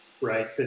Right